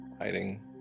hiding